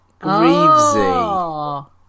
Greavesy